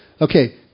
Okay